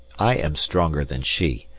i am stronger than she,